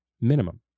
minimum